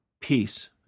peace